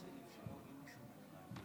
חברת הכנסת עידית סילמן,